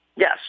Yes